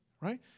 right